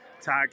tag